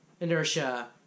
Inertia